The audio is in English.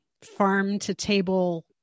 farm-to-table